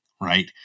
right